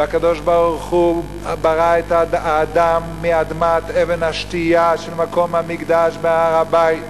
והקדוש-ברוך-הוא ברא את האדם מאדמת אבן השתייה של מקום המקדש בהר-הבית.